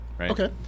Okay